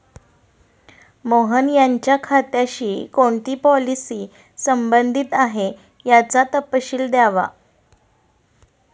मोहन यांच्या खात्याशी कोणती पॉलिसी संबंधित आहे, याचा तपशील द्यावा